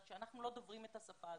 רק שאנחנו לא דוברים את השפה הזאת.